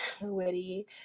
witty